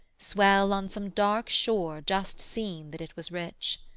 swell on some dark shore just seen that it was rich.